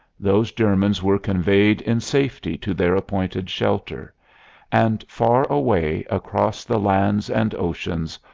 those germans were conveyed in safety to their appointed shelter and far away, across the lands and oceans,